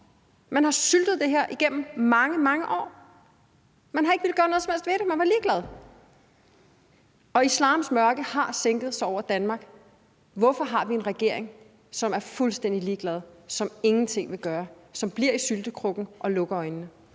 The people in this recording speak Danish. Man har syltet det her igennem mange, mange år. Man har ikke villet gøre noget som helst ved det; man var ligeglad. Og islams mørke har sænket sig over Danmark. Hvorfor har vi en regering, som er fuldstændig ligeglad, som ingenting vil gøre, som bliver i syltekrukken og lukker øjnene?